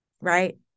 right